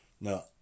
No